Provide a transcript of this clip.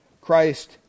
Christ